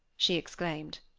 she exclaimed.